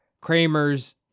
Kramer's